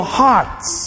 hearts